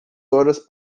horas